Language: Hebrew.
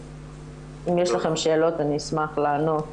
אם יש לכם שאלות אני אשמח לענות.